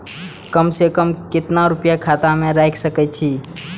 कम से कम केतना रूपया खाता में राइख सके छी?